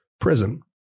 prison